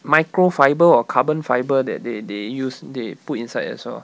micro fibre or carbon fiber that they they use they put inside as well